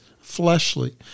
fleshly